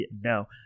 No